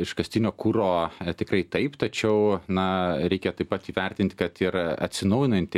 iškastinio kuro tikrai taip tačiau na reikia taip pat įvertint kad ir atsinaujinanti